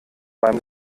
beim